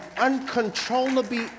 uncontrollably